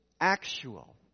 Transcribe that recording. actual